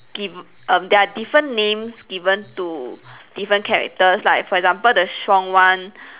um they are different names given to different characters like for example the strong one